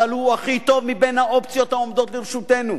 אבל הוא הכי טוב מבין האופציות העומדות לרשותנו.